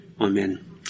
Amen